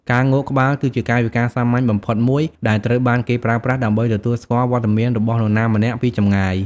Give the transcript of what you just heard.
ការងក់ក្បាល គឺជាកាយវិការសាមញ្ញបំផុតមួយ ដែលត្រូវបានគេប្រើប្រាស់ដើម្បីទទួលស្គាល់វត្តមានរបស់នរណាម្នាក់ពីចម្ងាយ។